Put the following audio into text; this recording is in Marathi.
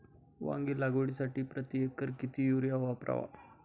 वांगी लागवडीसाठी प्रति एकर किती युरिया वापरावा?